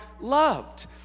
loved